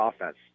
offense